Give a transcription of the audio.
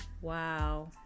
Wow